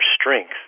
strength